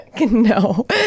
No